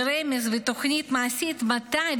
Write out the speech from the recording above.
רמז ותוכנית מעשית מתי,